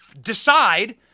decide